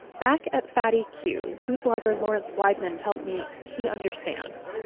back at fatty cue food blogger lawrence weibman tell me he understands,